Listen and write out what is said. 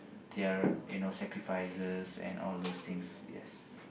their you know sacrifices and all those things yes